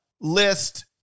list